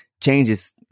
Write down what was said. changes